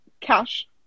Cash